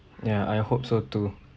ya I hope so too